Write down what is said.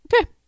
Okay